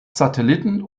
satelliten